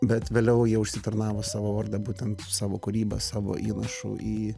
bet vėliau jie užsitarnavo savo vardą būtent su savo kūryba savo įnašu į